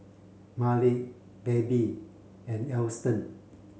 Mallie Babe and Alston